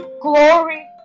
glory